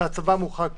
וגם הצבא מוחרג פה.